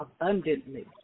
abundantly